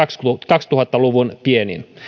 kaksituhatta luvun pienin